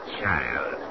child